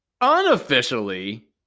Unofficially